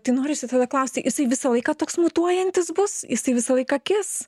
tai norisi tada klausti jisai visą laiką toks mutuojantis bus jisai visą laiką kis